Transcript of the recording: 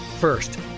First